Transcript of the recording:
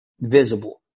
visible